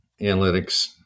analytics